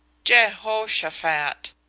jehoshaphat!